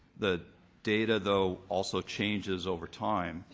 the data, though, also changes over time,